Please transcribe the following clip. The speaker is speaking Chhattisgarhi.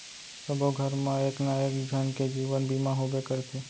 सबो घर मा एक ना एक झन के जीवन बीमा होबे करथे